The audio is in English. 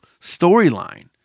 storyline